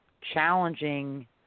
challenging